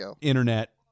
internet